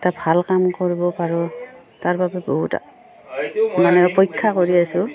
এটা ভাল কাম কৰিব পাৰোঁ তাৰ বাবে বহুত মানে অপেক্ষা কৰি আছোঁ